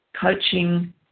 coaching